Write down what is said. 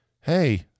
hey